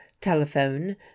telephone